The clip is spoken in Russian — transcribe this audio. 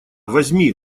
возьми